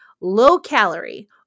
low-calorie